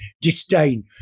disdain